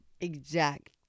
exact